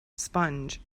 sponge